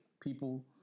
people